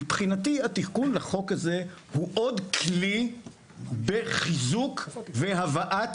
מבחינתי התיקון לחוק הזה הוא עוד כלי בחיזוק והבאת,